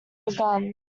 begun